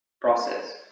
process